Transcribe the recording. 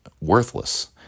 worthless